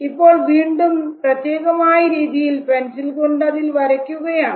ഇപ്പോൾ വീണ്ടും പ്രത്യേകമായ രീതിയിൽ പെൻസിൽ കൊണ്ട് അതിൽ വരയ്ക്കുകയാണ്